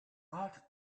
ought